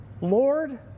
Lord